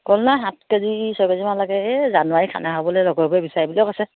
ক'লো ন সাত কেজি ছয় কেজিমান লাগে এই জানুৱাৰী খানা খাবলৈ লগৰবোৰে বিচাৰিবলৈ কৈছে